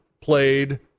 played